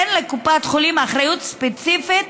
אין לקופת חולים אחריות ספציפית